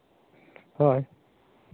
ᱦᱳᱭ